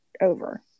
over